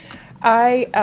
i, ah,